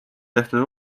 tehtud